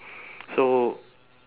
so